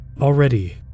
Already